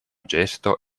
gesto